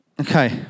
Okay